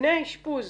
מבנה אשפוז